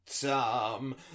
Tom